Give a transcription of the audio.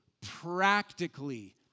practically